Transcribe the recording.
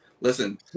Listen